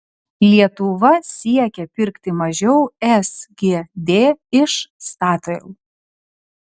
lietuva siekia pirkti mažiau sgd iš statoil